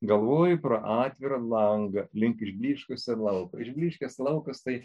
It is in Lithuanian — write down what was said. galvoju pro atvirą langą link išblyškusio lauko išblyškęs laukas tai